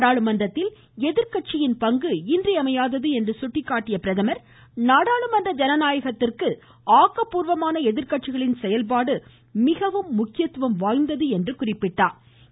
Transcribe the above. நாடாளுமன்றத்தில் எதிர்கட்சியின் பங்கு இன்றியமையாதது என்று சுட்டிக்காட்டிய அவர் நாடாளுமன்ற ஜனநாயகத்திற்கு ஆக்கப்பூர்வமான எதிர்கட்சிகளின் செயல்பாடு மிகவும் முக்கியத்துவம் வாய்ந்தது என்றார்